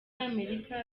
amerika